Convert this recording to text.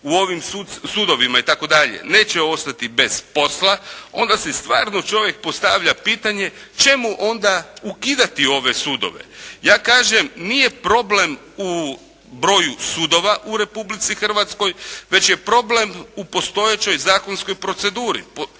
u ovim sudovima itd. neće ostati bez posla, onda si stvarno čovjek postavlja pitanje čemu onda ukidati ove sudove. Ja kažem nije problem u broju sudova u Republici Hrvatskoj već je problem u postojećoj zakonskoj proceduri.